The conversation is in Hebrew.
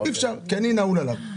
אי אפשר כי אני נעול עליו.